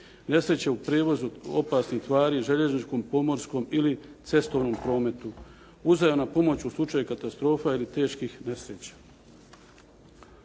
nesreće u prijevozu opasnih tvari u željezničkom, pomorskom ili cestovnom prometu, uzajamna pomoć u slučaju katastrofa ili teških nesreća.